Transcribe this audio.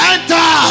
Enter